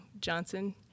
Johnson